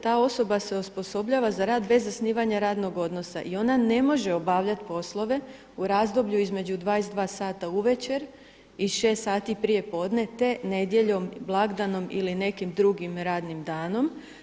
Ta osoba se osposobljava za rad bez zasnivanja radnog odnosa i ona ne može obavljati poslove u razdoblju između 22 sata uvečer i 6 sati prijepodne te nedjeljom, blagdanom ili nekim drugim radnim danom.